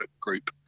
group